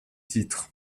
titre